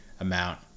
amount